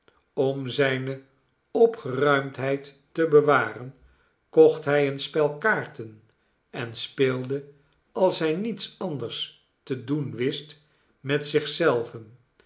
om zijne opgeruimdheid te bewaren kocht hij een spel kaarten en speelde als hij niets anders te doen wist met